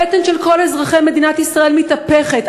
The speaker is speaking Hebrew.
הבטן של כל אזרחי מדינת ישראל מתהפכת,